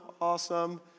awesome